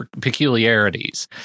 peculiarities